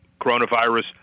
coronavirus